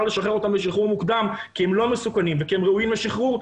לשחרר אותם בשחרור מוקדם כי הם לא מסוכנים וכי הם ראויים לשחרור,